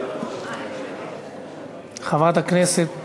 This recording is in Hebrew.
חברת הכנסת